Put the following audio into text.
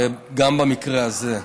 וגם במקרה הזה.